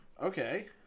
Okay